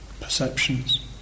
perceptions